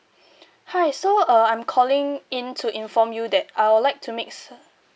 hi so uh I'm calling in to inform you that I would like to make so~